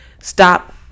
stop